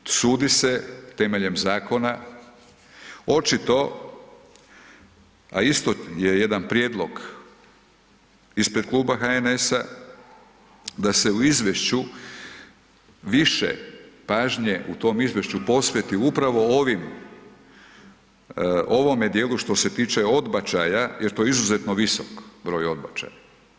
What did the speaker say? Sudi se temeljem zakona očito, a isto je jedan prijedlog ispred Kluba HNS-a da se u izvješću više pažnje, u tom izvješću, posveti upravo ovim, ovome djelu što se tiče odbačaja jer to je izuzetno visok broj odbačaja.